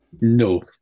No